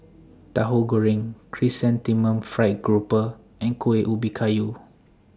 Tahu Goreng Chrysanthemum Fried Grouper and Kuih Ubi Kayu